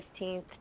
15th